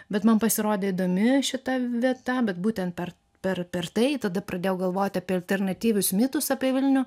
bet man pasirodė įdomi šita vieta bet būtent per per per tai tada pradėjau galvoti apie alternatyvius mitus apie vilnių